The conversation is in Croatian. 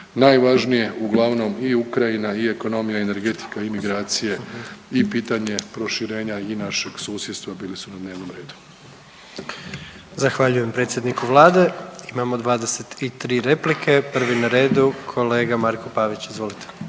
najvažnije, uglavnom i Ukrajina i ekonomija i energetika i imigracije i pitanje proširenja i našeg susjedstva bili su na dnevnom redu. **Jandroković, Gordan (HDZ)** Zahvaljujem predsjedniku Vlade. Imamo 23 replike, prvi na redu kolega Marko Pavić. Izvolite.